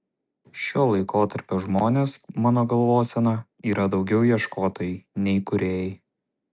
šio laikotarpio žmonės mano galvosena yra daugiau ieškotojai nei kūrėjai